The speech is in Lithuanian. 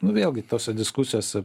nu vėlgi tose diskusijose